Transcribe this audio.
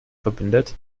verbindet